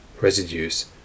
residues